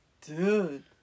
Dude